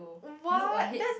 what that's